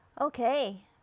okay